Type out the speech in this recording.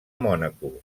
mònaco